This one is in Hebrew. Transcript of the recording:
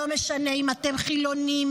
לא משנה אם אתם חילונים,